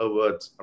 words